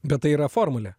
bet tai yra formulė